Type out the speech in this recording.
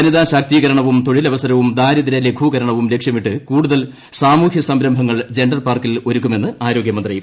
വനിതാശാക്തീകരണവും തൊഴിലവസരവും ദാരിദ്ര്യലഘൂകരണവും ലക്ഷ്യമിട്ട് കൂടുതൽ സാമൂഹൃ സംരംഭങ്ങൾ ജെൻഡർ പാർക്കിൽ ഒരുക്കുമെന്ന് ആരോഗൃ മന്ത്രി പറഞ്ഞു